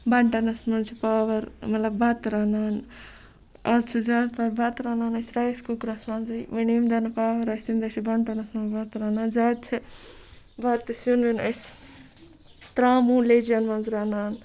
بَنٹَنَس مَنٛز چھِ پاوَر مَطلَب بَتہٕ رَنان آز چھِ زیاد تَر بَتہٕ رَنان أسۍ رایِس کُکرَس مَنٛزے وۄنۍ ییٚمہِ دۄہ نہٕ پاوَر آسہِ تمہِ دۄہ چھِ بَنٹَنَس مَنٛز بَتہٕ رَنان زیاد چھِ بَتہٕ سیُن ویُن أسۍ تراموٗ لیٚجَن مَنٛز رَنان